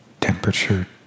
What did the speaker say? Temperature